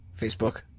Facebook